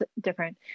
different